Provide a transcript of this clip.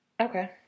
Okay